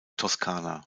toskana